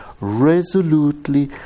resolutely